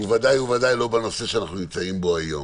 ובוודאי ובוודאי לא בנושא שאנחנו נמצאים בו היום.